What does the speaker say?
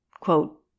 quote